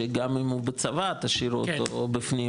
שגם אם הוא בצבא תשאירו אותו בפנים,